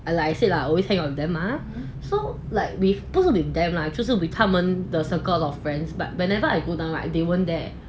like I said lah always hang out on them ah so like with 不是 them lah 就是 with 他们的 circle of friends but whenever I go down right they weren't there